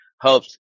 helps